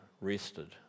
rested